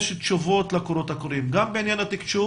יש תשובות לקולות קוראים, גם בעניין התקשוב